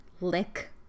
lick